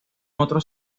otro